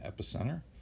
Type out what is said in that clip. epicenter